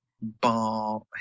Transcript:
bar